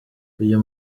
uyu